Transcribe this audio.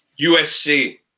USC